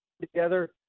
Together